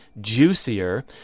juicier